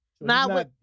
Now